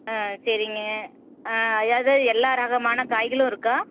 ஆ சரிங்க அதாவது எல்லா ரகமான காய்களும் இருக்கா